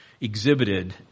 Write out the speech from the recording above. exhibited